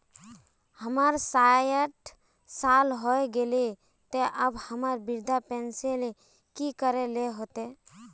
हमर सायट साल होय गले ते अब हमरा वृद्धा पेंशन ले की करे ले होते?